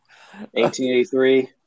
1883